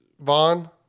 Vaughn